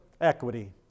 Equity